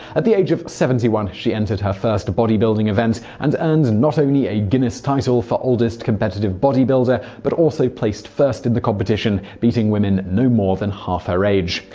at the age of seventy one, she entered her first bodybuilding event and earned not only a guinness title for oldest competitive body builder, but also placed first in the competition beating women no more than half her age.